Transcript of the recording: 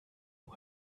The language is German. nur